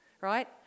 right